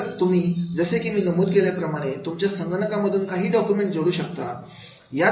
तर म्हणून जसे की मी नमूद केल्याप्रमाणे तुमच्या संगणका मधून तुम्ही डॉक्युमेंट जोडू शकता